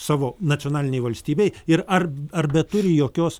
savo nacionalinėj valstybėj ir ar ar beturi jokios